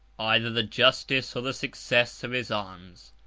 either the justice or the success of his arms.